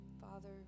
Father